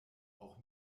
auch